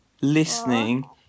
listening